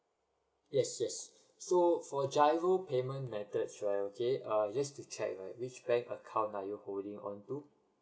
yes yes so for giro payment methods right okay uh just to check right which bank account are you holding on to